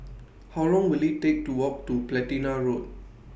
How Long Will IT Take to Walk to Platina Road